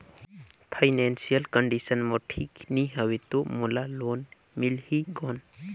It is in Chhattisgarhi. फाइनेंशियल कंडिशन मोर ठीक नी हवे तो मोला लोन मिल ही कौन??